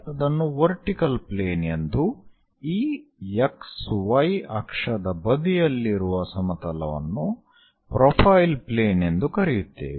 ಅದನ್ನು vertical plane ಎಂದೂ ಈ X Y ಅಕ್ಷದ ಬದಿಯಲ್ಲಿರುವ ಸಮತಲವನ್ನು ಪ್ರೊಫೈಲ್ ಪ್ಲೇನ್ ಎಂದು ಕರೆಯುತ್ತೇವೆ